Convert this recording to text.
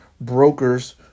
brokers